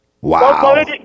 Wow